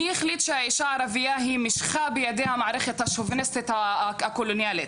מי החליט שהאישה הערבייה היא משחה בידי המערכת השוביניסטית הקולוניאלית.